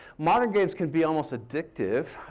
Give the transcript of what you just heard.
modern games can be almost addictive.